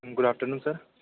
good afternoon sir